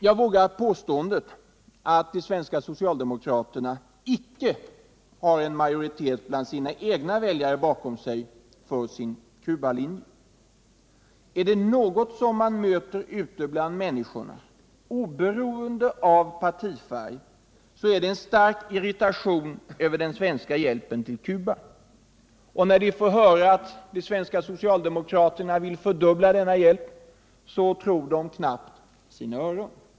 Jag vågar påståendet att de svenska socialdemokraterna icke har en majoritet bland sina egna väljare bakom sig för sin Cubalinje. Är det något som man möter ute bland människorna, oberoende av partifärg, så är det en stark irritation över den svenska hjälpen till Cuba. Och när de får höra att socialdemokraterna vill fördubbla denna hjälp tror de knappt sina öron.